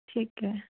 ਠੀਕ ਹੈ